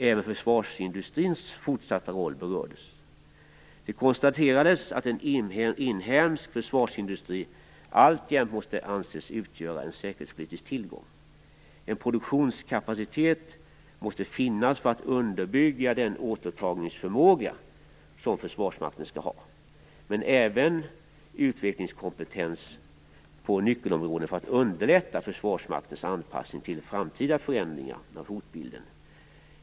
Även försvarsindustrins fortsatta roll berördes. Det konstaterades att en inhemsk försvarsindustri alltjämt måste anses utgöra en säkerhetspolitisk tillgång. En produktionskapacitet måste finnas för att underbygga den återtagningsförmåga som försvarsmakten skall ha liksom en utvecklingskompetens på nyckelområden för att underlätta försvarsmaktens anpassning till framtida förändringar av hotbilden.